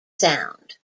sound